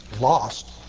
lost